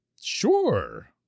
Sure